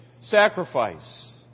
sacrifice